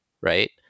right